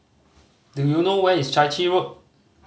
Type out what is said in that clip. do you know where is Chai Chee Road